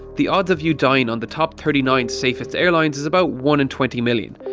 the odds of you dying on the top thirty nine safest airlines is about one in twenty million,